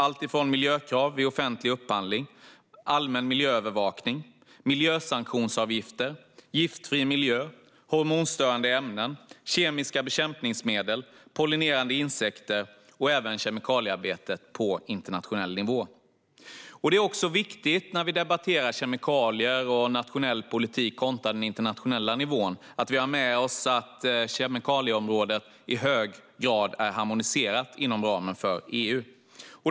Det handlar om miljökrav vid offentlig upphandling, allmän miljöövervakning, miljösanktionsavgifter, giftfri miljö, hormonstörande ämnen, kemiska bekämpningsmedel, pollinerande insekter och kemikaliearbetet på internationell nivå. När vi debatterar kemikalier och nationell politik kontra den internationella nivån är det viktigt att vi har med oss att kemikalieområdet i hög grad är harmoniserat inom ramen för EU.